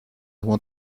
want